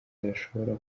yashobora